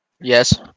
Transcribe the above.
Yes